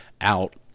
out